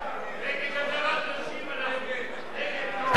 את הצעת חוק לאיסור שימוש בטלפונים ניידים במוסדות חינוך,